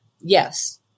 yes